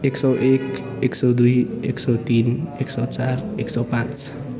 एक सय एक एक सय दुई एक सय तिन एक सय चार एक सय पाँच